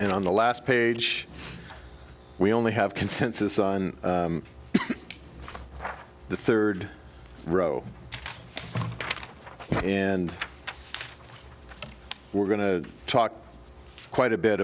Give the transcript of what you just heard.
and on the last page we only have consensus on the third row and we're going to talk quite a bit